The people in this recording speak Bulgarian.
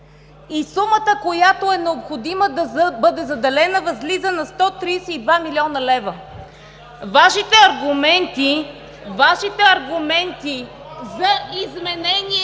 Сумата, която е необходимо да бъде заделена, възлиза на 132 млн. лв. Вашите аргументи за изменение